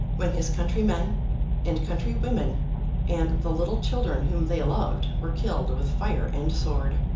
when his countrymen and countrywomen, and the little children whom they loved, were killed with fire and sword.